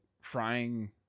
frying